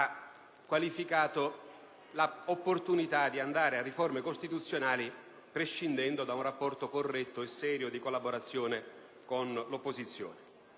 ha qualificato l'opportunità di procedere a riforme costituzionali prescindendo da un rapporto corretto e serio di collaborazione con l'opposizione.